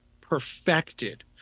perfected